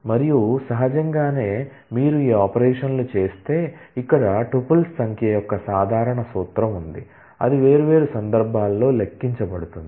మరియు సహజంగానే మీరు ఈ ఆపరేషన్లు చేస్తే ఇక్కడ టుపుల్స్ సంఖ్య యొక్క సాధారణ సూత్రం ఉంది అది వేర్వేరు సందర్భాల్లో లెక్కించబడుతుంది